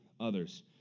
others